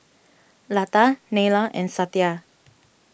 Lata Neila and Satya